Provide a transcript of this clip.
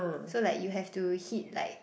so like you have to hit like